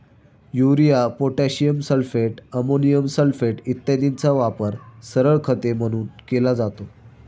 urea, potassium sulphate, ammonium sulphate इत्यादींचा वापर सरळ खते म्हणून केला जातो